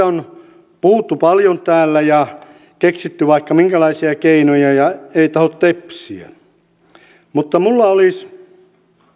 on puhuttu paljon täällä ja keksitty vaikka minkälaisia keinoja ja ei tahdo tepsiä mutta minulla olisi